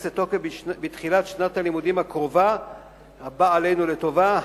לתוקף בתחילת שנת הלימודים הקרובה הבאה עלינו לטובה,